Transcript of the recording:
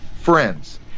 friends